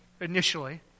initially